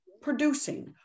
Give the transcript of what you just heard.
producing